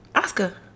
Oscar